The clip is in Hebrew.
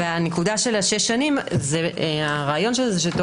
הרעיון של הנקודה של השש שנים זה שזה תואם